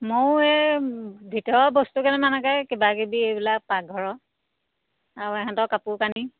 ময়ো এই ভিতৰৰ বস্তু কেইটামানকে কিবাকিবি এইবিলাক পাকঘৰৰ আৰু ইহঁতৰ কাপোৰ কানি